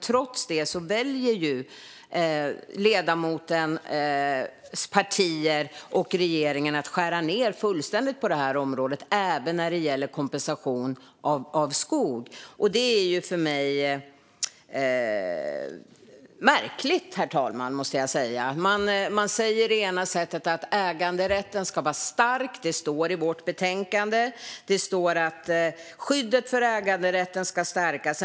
Trots det väljer ledamotens parti och regeringen att skära ned fullständigt på det området, även när det gäller kompensation för skog. Herr talman! Det är märkligt. Man säger att äganderätten ska vara stark. Det står i vårt betänkande: "Skyddet för äganderätten ska stärkas.